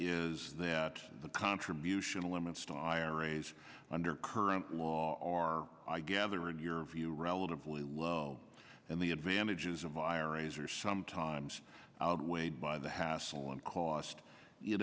is that the contribution limits to iras under current law are i gather in your view relatively low and the advantages of iras are sometimes outweighed by the hassle and cost you